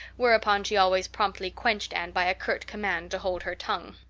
whereupon she always promptly quenched anne by a curt command to hold her tongue.